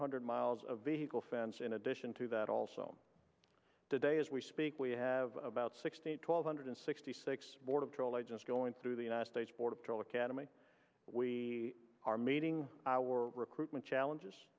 hundred miles of vehicle fence in addition to that also today as we speak we have about twelve hundred sixty six border patrol agents going through the united states border patrol academy we are meeting our recruitment challenges